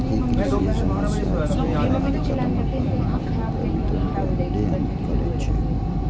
ई कृषि समस्याक समाधान, अधिकतम उत्पादन आ ओकर वितरण के अध्ययन करै छै